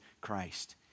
Christ